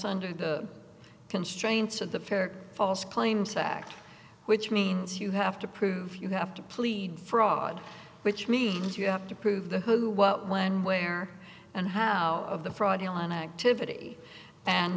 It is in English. under the constraints of the fair false claims act which means you have to prove you have to plead fraud which means you have to prove the who what when where and how of the friday line activity and